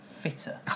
fitter